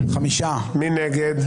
מי נגד?